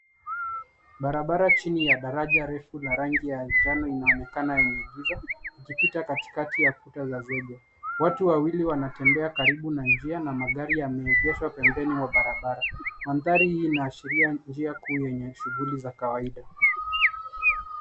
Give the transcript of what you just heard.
Barabara chini ya daraja refu la rangi ya manjano inaonekana yenye giza ikipita katikati ya kuta za zege. Watu wawili wanatembea karibu na njia na magari yameegeshwa pembeni mwa barabara. Mandhari hii inaashiria njia kuu yenye shughuli za kawaida.